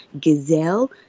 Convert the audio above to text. gazelle